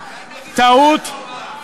טעות,